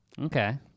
Okay